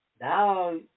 now